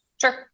Sure